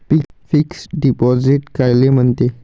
Fix deposit कायले म्हनते?